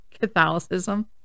Catholicism